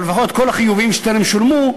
אבל לפחות כל החיובים שטרם שולמו,